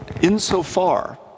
insofar